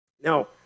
Now